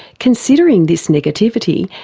considering this negativity,